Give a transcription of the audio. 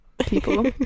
people